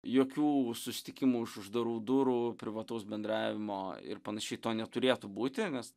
jokių susitikimų už uždarų durų privataus bendravimo ir panašiai to neturėtų būti nes